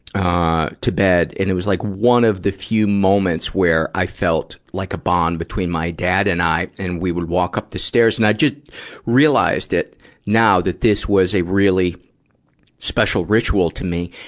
ah, to bed. and it was, like, one of the few moments where i felt, like, a bond between my dad and i. and we would walk up the stairs, and i'd just realize that now, that this was a really special ritual to me,